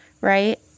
right